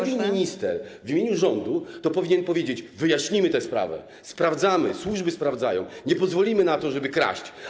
Jak wychodzi minister w imieniu rządu, to powinien powiedzieć: wyjaśnimy tę sprawę, sprawdzamy, służby sprawdzają, nie pozwolimy na to, żeby kraść.